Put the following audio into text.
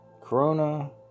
Corona